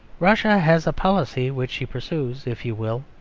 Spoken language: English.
russia has a policy which she pursues, if you will,